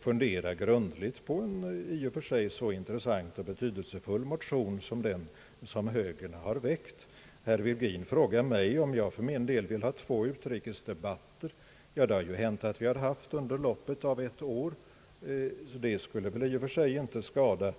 fundera grundligt på en så intressant och betydelsefull motion som den som högern har väckt. Herr Virgin frågar mig om jag vill ha två utrikesdebatter. Det har ju hänt att vi har haft två utrikesdebatter under loppet av ett år, så det skulle väl i och för sig inte skada.